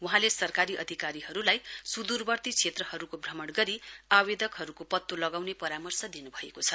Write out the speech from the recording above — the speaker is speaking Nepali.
वहाँले सरकारी अधिकारीहरूलाई सुदूरवर्ती क्षेत्रहरूको भ्रमण गरी आवेदकहरूको पत्तो लगाउने परामर्श दिनुभएको छ